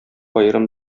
аерым